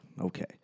Okay